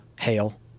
hail